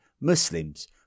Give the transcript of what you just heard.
Muslims